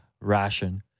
ration